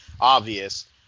obvious